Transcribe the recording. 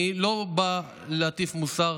אני לא בא להטיף מוסר,